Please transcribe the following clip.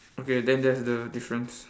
okay then there's the difference